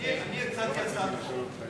אני הצעתי הצעת חוק.